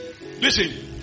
listen